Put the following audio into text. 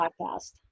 podcast